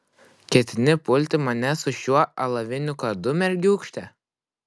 ketini pulti mane su šiuo alaviniu kardu mergiūkšte